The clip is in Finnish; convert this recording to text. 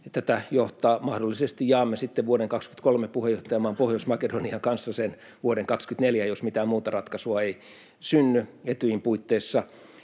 tätä johtaa. Mahdollisesti jaamme sitten vuoden 23 puheenjohtajamaan, Pohjois-Makedonian, kanssa sen vuoden 2024, jos mitään muuta ratkaisua ei synny Etyjin puitteissa.